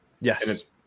Yes